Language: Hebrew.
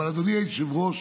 אבל אדוני היושב-ראש,